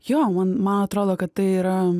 jo man man atrodo kad tai yra